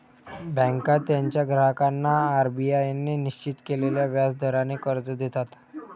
बँका त्यांच्या ग्राहकांना आर.बी.आय ने निश्चित केलेल्या व्याज दराने कर्ज देतात